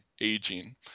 aging